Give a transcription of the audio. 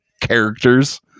characters